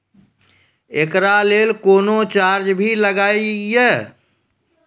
एकरा लेल कुनो चार्ज भी लागैये?